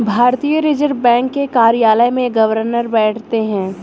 भारतीय reserve bank के कार्यालय में गवर्नर बैठते हैं